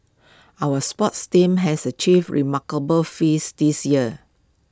our sports teams has achieved remarkable feats this year